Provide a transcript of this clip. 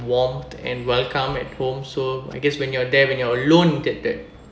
warmth and welcomed at home so I guess when you are there when you are alone you get that